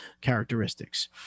characteristics